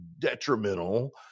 detrimental